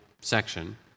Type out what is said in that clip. section